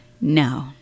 no